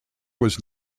was